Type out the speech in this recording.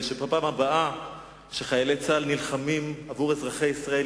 ובפעם הבאה שחיילי צה"ל נלחמים עבור אזרחי ישראל,